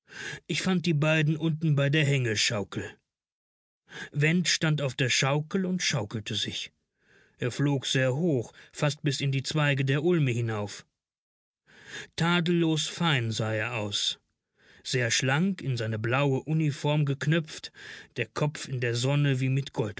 ich fand die beiden unten bei der hängeschaukel went stand auf der schaukel und schaukelte sich er flog sehr hoch fast bis in die zweige der ulme hinauf tadellos fein sah er aus sehr schlank in seine blaue uniform geknöpft der kopf in der sonne wie mit gold